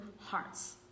hearts